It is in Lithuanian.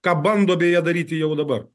ką bando beje daryti jau dabar